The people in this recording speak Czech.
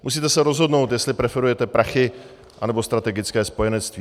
Musíte se rozhodnout, jestli preferujete prachy, anebo strategické spojenectví.